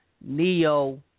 neo